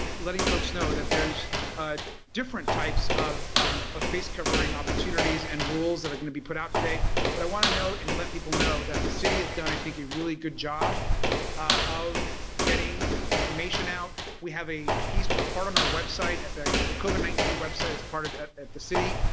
letting folks know that there's ah different types of um ah face covering opportunities and rules that are going to be put out today but i want to note and let people know that the city has done i think a really good job of getting information out. we have a part on our website, at the at the covid nineteen website, as part of that the city.